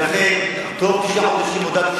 לא הזמנים האלה.